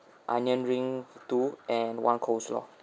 onion ring two and one coleslaw